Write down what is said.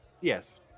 Yes